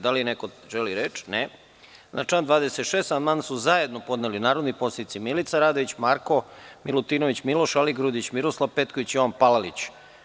Da li neko želi reč? (Ne) Na član 26. amandman su zajedno podneli narodni poslanici Milica Radović, Marko Milutinović, Miloš Aligrudić, Miroslav Petković i Jovan Palalić.